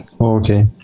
okay